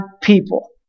people